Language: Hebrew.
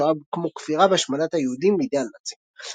השואה כמו כפירה בהשמדת היהודים בידי הנאצים.